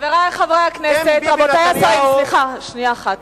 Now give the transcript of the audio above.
חברי חברי הכנסת, רבותי השרים, סליחה שנייה אחת.